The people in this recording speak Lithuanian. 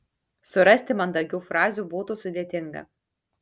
surasti mandagių frazių būtų sudėtinga